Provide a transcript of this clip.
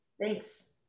Thanks